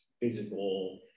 physical